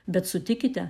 bet sutikite